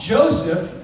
Joseph